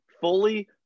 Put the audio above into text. fully